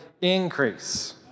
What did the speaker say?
increase